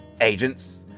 agents